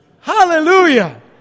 Hallelujah